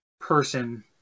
person